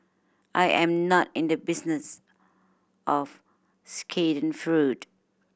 I am not in the business of schadenfreude